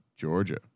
Georgia